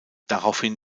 daraufhin